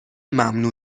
ممنوع